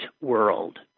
world